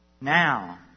Now